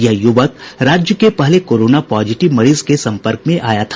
यह युवक राज्य के पहले कोरोना पॉजिटिव मरीज के संपर्क में आया था